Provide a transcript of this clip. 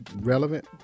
relevant